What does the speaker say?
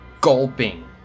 gulping